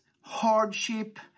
hardship